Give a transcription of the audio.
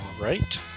right